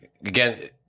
Again